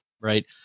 right